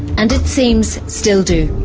and it seems still do.